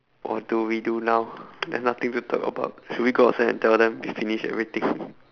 what do we do now there's nothing to talk about should we go outside and tell them we finish everything